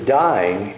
dying